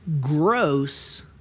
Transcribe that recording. Gross